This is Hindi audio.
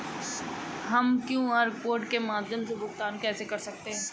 हम क्यू.आर कोड के माध्यम से भुगतान कैसे कर सकते हैं?